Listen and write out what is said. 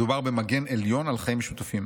מדובר במגן עליון על חיים משותפים.